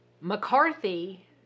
McCarthy